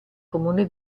comune